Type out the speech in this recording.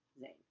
Zane